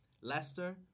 Leicester